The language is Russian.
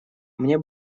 мне